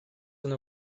una